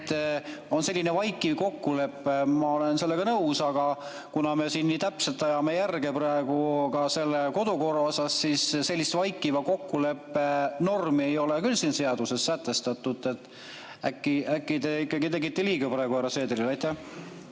on selline vaikiv kokkulepe, ma olen sellega nõus, aga kuna me siin nii täpselt ajame järge praegu ka kodukorras, siis sellist vaikiva kokkuleppe normi ei ole küll siin seaduses sätestatud. Äkki te tegite ikkagi liiga praegu härra Seederile? Aitäh,